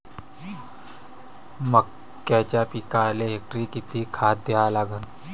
मक्याच्या पिकाले हेक्टरी किती खात द्या लागन?